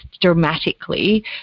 dramatically